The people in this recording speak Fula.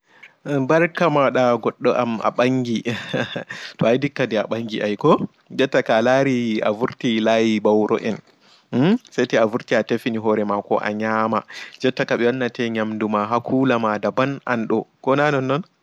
Emm ɓarkama goɗɗo am a ɓangin ehhh hhh hhh to ai ɗikka nɗe a ɓangi ai ko jotta ka alari a wurti laayi ɓauro en mmmm seto a wurti a tefini horema nyamɗu ko a nyama jotta ka ɓe wanne nyamɗu ha kula ma ɗaɓan anɗo ko na nonnon